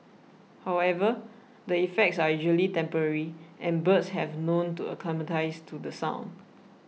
however the effects are usually temporary and birds have known to acclimatise to the sound